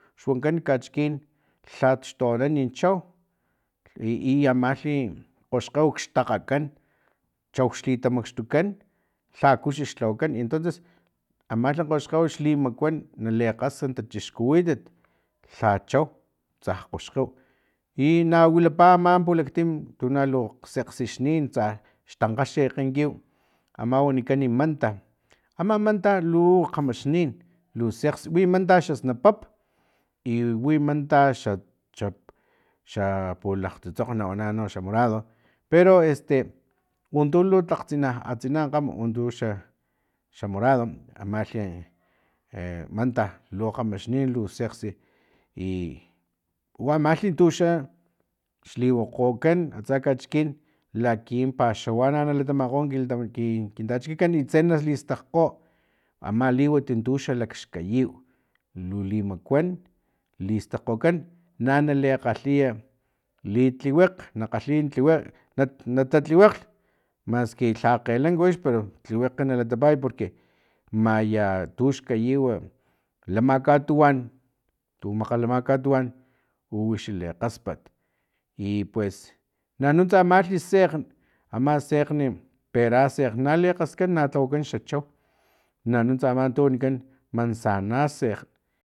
Xwankan kachikin lhalh xtoanan chau iamalhi kgoxkgew xtakgakan chau xlitamakxtukan lha kuxi xlhawakan entonces amalhi kgoxkgew xlimakuan nalekgas tachixkuwitat lha chau tsa kgoxkgew ina wilapa ama pulaktim tunalu sekgsixnin tsax tankgaxek kiw ama wanikan manta ama manta lu kgamaxnin lu sekgx wi manta xasnapap i wi manta xa xa xa pulakg tsutsokg nawana no xa morado pero este untu tlakg atsina atsina kgam uxa morado amalhi e manta lu kgamaxnin lu sekgsi i u amalhi tuxa xliwokgokan atsa kachikin laki paxawani latamakgo kin tachikikan i tse nalistakgo ama liwat tu xalakxkayiw lu limakuan listakgokan na nalikgalhiy litliwekg na kgalhiy tliwekg nata tliwekg maski lha kgelanka wix pero lhiwekg nalatapay porque maya tuxkayiw lama katuwan tu makgalamak katuwan uxa wix lekgaspat i pues nanuntsa amalhi sekgn ama sekgni perasaekg nali kgaskan na lhawakan xa chau nanuntsa ama tu wanikan manzana sekg